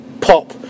pop